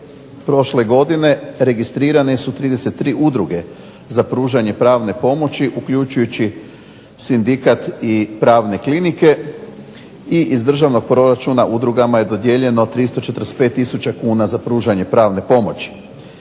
prošle godine registrirane su 33 udruge za pružanje pravne pomoći, uključujući sindikat i pravne klinike, i iz državnog proračuna udrugama je dodijeljeno 345 tisuća kuna za pružanje pravne pomoći.